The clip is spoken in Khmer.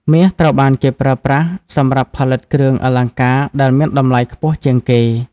មាសត្រូវបានគេប្រើប្រាស់សម្រាប់ផលិតគ្រឿងអលង្ការដែលមានតម្លៃខ្ពស់ជាងគេ។